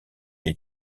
est